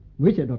with and